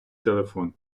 телефон